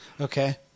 Okay